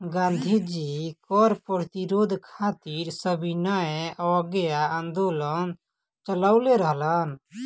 गांधी जी कर प्रतिरोध खातिर सविनय अवज्ञा आन्दोलन चालवले रहलन